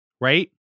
right